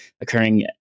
occurring